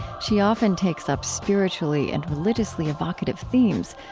she often takes up spiritually and religiously evocative themes,